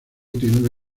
tiene